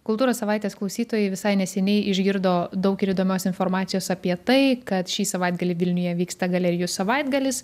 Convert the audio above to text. kultūros savaitės klausytojai visai neseniai išgirdo daug ir įdomios informacijos apie tai kad šį savaitgalį vilniuje vyksta galerijų savaitgalis